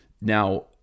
Now